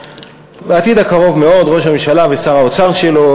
בעתיד הקרוב-מאוד ראש הממשלה ושר האוצר שלו